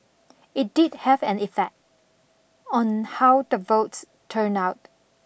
it did have an effect on how the votes turned out